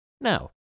Now